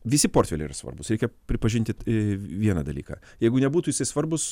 visi portfeliai yra svarbūs reikia pripažinti vieną dalyką jeigu nebūtų jisai svarbus